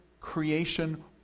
creation